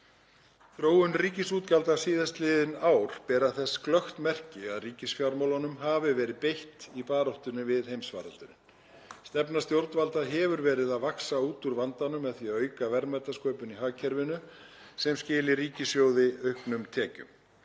Þróun ríkisútgjalda síðastliðin ár ber þess glöggt merki að ríkisfjármálunum hafi verið beitt í baráttunni við heimsfaraldurinn. Stefna stjórnvalda hefur verið að vaxa út úr vandanum með því að auka verðmætasköpun í hagkerfinu sem skili ríkissjóði auknum tekjum.